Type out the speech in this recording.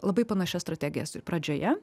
labai panašias strategijas pradžioje